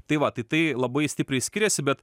tai va tai tai labai stipriai skiriasi bet